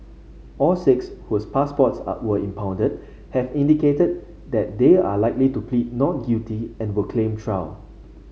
all six whose passports are were impounded have indicated that they are likely to plead not guilty and will claim trial